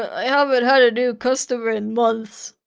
i haven't had had a new customer in months,